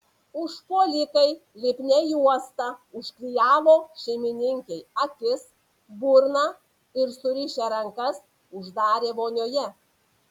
užpuolikai lipnia juosta užklijavo šeimininkei akis burną ir surišę rankas uždarė vonioje